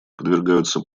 подвергаются